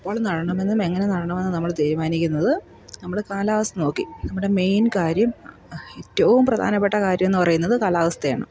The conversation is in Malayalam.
എപ്പോൾ നടണമെന്നും എങ്ങനെ നടണമെന്നും നമ്മൾ തീരുമാനിക്കുന്നത് നമ്മുടെ കാലാവസ്ഥ നോക്കി നമ്മുടെ മെയിൻ കാര്യം ഏറ്റവും പ്രധാനപ്പെട്ട കാര്യമെന്നു പറയുന്നത് കാലാവസ്ഥയാണ്